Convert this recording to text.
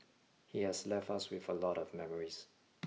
he has left us with a lot of memories